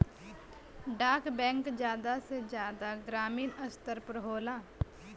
डाक बैंक जादा से जादा ग्रामीन स्तर पर होला